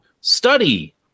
Study